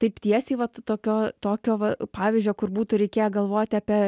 taip tiesiai vat tokio tokio va pavyzdžio kur būtų reikėję galvoti apie